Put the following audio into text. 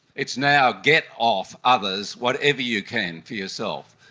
it's now get off others whatever you can for yourself.